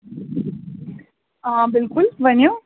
آ بِلکُل ؤنِو